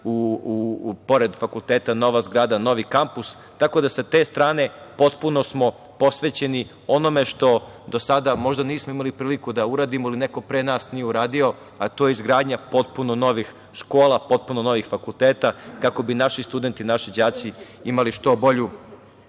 pored fakulteta, nova zgrada, novi kampus, tako da sa te strane potpuno smo posvećeni onome što do sada možda nismo imali priliku da uradimo ili neko pre nas nije uradio, a to je izgradnja potpuno novih škola, potpuno novih fakulteta kako bi naši studenti, naši đaci, imali što bolje